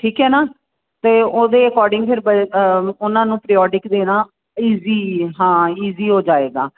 ਠੀਕ ਹੈ ਨਾ ਅਤੇ ਉਹਦੇ ਅਕੋਰਡਿੰਗ ਫਿਰ ਉਹਨਾਂ ਨੂੰ ਪ੍ਰਓਡਿਕ ਦੇਣਾ ਇਜੀ ਹਾਂ ਈਜ਼ੀ ਹੋ ਜਾਏਗਾ